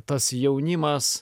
tas jaunimas